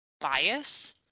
bias